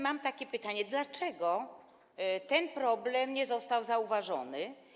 Mam takie pytania: Dlaczego ten problem nie został zauważony?